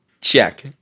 Check